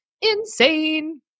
insane